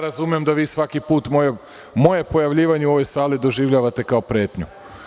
Razumem da vi svaki put moje pojavljivanje u ovoj sali doživljavate kao pretnju.